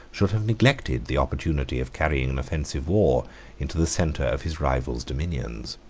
should have neglected the opportunity of carrying an offensive war into the centre of his rival's dominions.